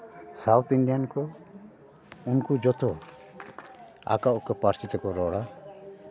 South Indian ᱠᱚ ᱩᱱᱠᱩ ᱡᱚᱛᱚ ᱟᱠᱚ ᱟᱠᱚ ᱯᱟᱹᱨᱥᱤ ᱛᱮᱠᱚ ᱨᱚᱲᱟ